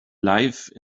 life